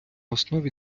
основі